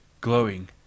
glowing